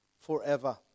forever